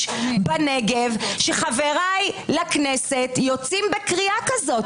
בנגב שחבריי לכנסת יוצאים בקריאה כזו?